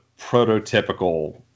prototypical